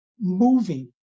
moving